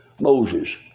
Moses